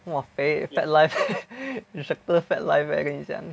!wah! 肥 fat life instructor fat life eh 跟你讲